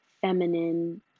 feminine